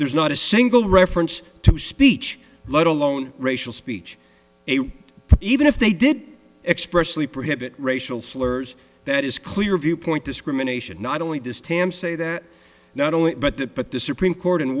there's not a single reference to speech let alone racial speech even if they did expressly prohibit racial slurs that is clear viewpoint discrimination not only does tam say that not only it but that but the supreme court and